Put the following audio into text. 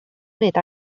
wneud